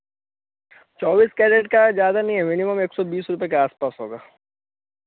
चौबीस कैरेट का ज़्यादा नहीं है मिनिमम एक सौ बीस रुपये के आस पास होगा